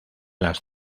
las